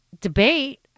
debate